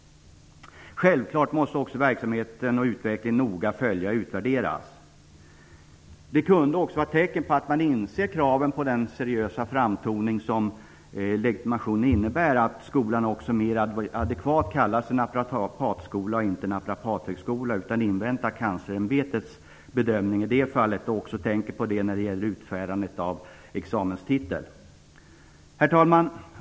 Självklart måste verksamheten noga följas och utvärderas. Det kunde vara tecken på att man inser kraven på den seriösa framtoning som legitimationen innebär att skolan, mer adekvat, kallar sig naprapatskola, inte naprapathögskola, inväntar en ämbetsbedömning och även tänker på det vid utfärdandet av examenstitel. Herr talman!